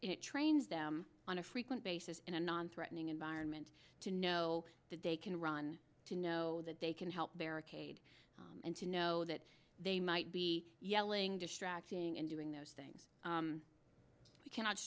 trains them on a frequent basis in a non threatening environment to know that they can run to know that they can help barricade and to know that they might be yelling distracting and doing those things we cannot